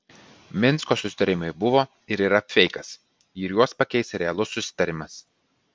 minsko susitarimai buvo ir yra feikas ir juos pakeis realus susitarimas